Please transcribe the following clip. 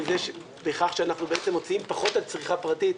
בכך שאנחנו מוציאים פחות על צריכה פרטית,